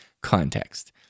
context